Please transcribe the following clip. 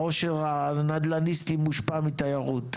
העושר הנדל"ניסטי מושפע מתיירות,